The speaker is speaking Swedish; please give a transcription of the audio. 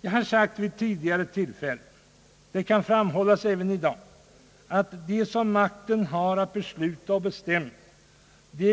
Jag har sagt vid tidigare tillfällen — och det kan framhållas även i dag — att de som makten har att besluta och bestämma